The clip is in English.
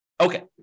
Okay